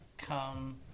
come